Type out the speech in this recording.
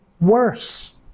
worse